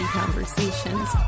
conversations